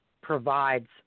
provides